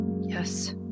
Yes